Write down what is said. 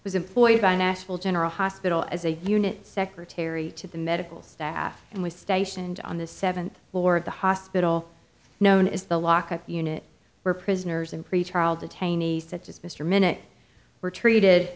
was employed by national general hospital as a unit secretary to the medical staff and was stationed on the seventh floor of the hospital known as the lock up unit where prisoners and pretrial detainees such as mr minute were treated